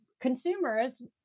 consumers